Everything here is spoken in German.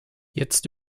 jetzt